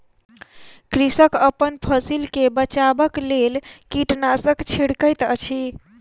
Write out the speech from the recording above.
कृषक अपन फसिल के बचाबक लेल कीटनाशक छिड़कैत अछि